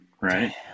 right